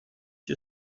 you